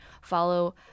follow